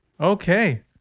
Okay